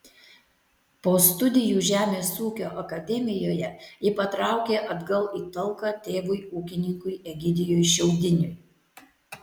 po studijų žemės ūkio akademijoje ji patraukė atgal į talką tėvui ūkininkui egidijui šiaudiniui